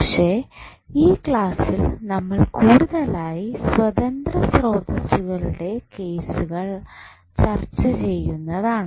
പക്ഷേ ഈ ക്ലാസ്സിൽ നമ്മൾ കൂടുതലായി സ്വതന്ത്ര സ്രോതസ്സുകളുടെ കേസുകൾ ചർച്ച ചെയ്യുന്നതാണ്